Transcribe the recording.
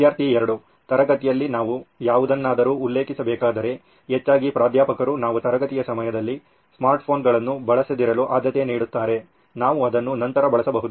ವಿದ್ಯಾರ್ಥಿ 2 ತರಗತಿಗಳಲ್ಲಿ ನಾವು ಯಾವುದನ್ನಾದರೂ ಉಲ್ಲೇಖಿಸಬೇಕಾದರೆ ಹೆಚ್ಚಾಗಿ ಪ್ರಾಧ್ಯಾಪಕರು ನಾವು ತರಗತಿಯ ಸಮಯದಲ್ಲಿ ಸ್ಮಾರ್ಟ್ ಫೋನ್ಗಳನ್ನು ಬಳಸದಿರಲು ಆದ್ಯತೆ ನೀಡುತ್ತಾರೆ ನಾವು ಅದನ್ನು ನಂತರ ಬಳಸಬಹುದು